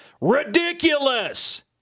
ridiculous